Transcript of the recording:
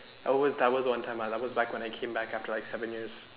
that was that was one time that was back when I came back after like seven years